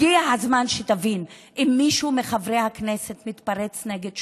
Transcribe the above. הגיע הזמן שתבין שאם מישהו מחברי הכנסת מתפרץ נגד שוטר,